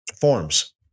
forms